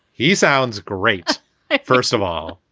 he sounds great first of all,